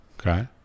okay